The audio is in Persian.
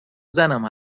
زنم